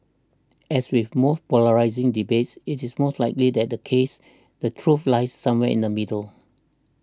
as with most polarising debates it is most likely that the case the truth lies somewhere the middle